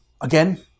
again